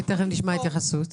למה?